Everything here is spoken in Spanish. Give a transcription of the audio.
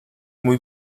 muy